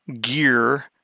gear